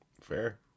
fair